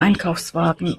einkaufswagen